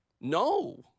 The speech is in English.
No